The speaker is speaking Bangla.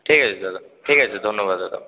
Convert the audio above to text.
ঠিক আছে দাদা ঠিক আছে ধন্যবাদ দাদা